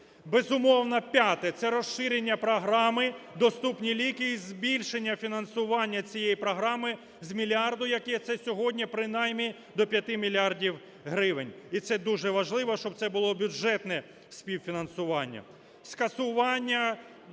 Безумовно, п'яте – це розширення програми "Доступні ліки" і збільшення фінансування цієї програми з мільярда, як є це сьогодні, принаймні до 5 мільярдів гривень. І це дуже важливо, щоб це було бюджетне співфінансування.